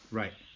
right